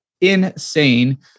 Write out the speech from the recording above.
insane